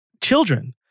children